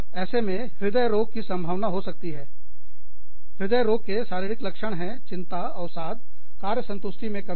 ऐसे में हृदय रोग की संभावना हो सकती है हृदय रोग के शारीरिक लक्षण हैं चिंता अवसाद कार्य संतुष्टि में कमी है